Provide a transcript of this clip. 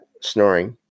snoring